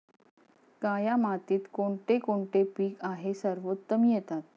काया मातीत कोणते कोणते पीक आहे सर्वोत्तम येतात?